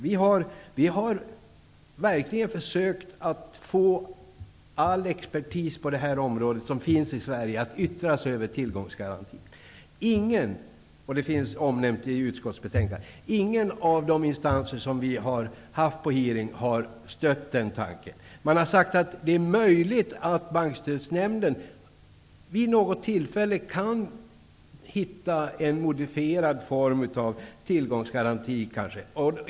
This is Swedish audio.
Det hade vi inte möjlighet att göra vid det tillfället, eftersom det presenterades här i kammaren av Ian Wachtmeister. Ingen, vilket finns omnämnt i utskottsbetänkandet, av de instanser som har deltagit vid hearingarna har stött denna tanke. De har sagt att det är möjligt att Bankstödsnämnden vid något tillfälle kan hitta en modifierad form av tillgångsgaranti.